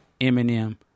Eminem